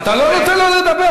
אתה לא נותן לו לדבר,